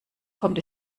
kommt